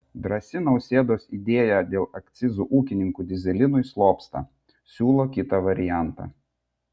drąsi nausėdos idėja dėl akcizų ūkininkų dyzelinui slopsta siūlo kitą variantą